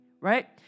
Right